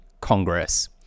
Congress